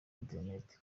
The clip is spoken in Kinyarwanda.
internet